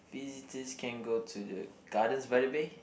visitors can go to the Gardens by the Bay